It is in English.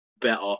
better